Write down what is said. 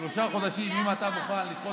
אני מוכן לדחות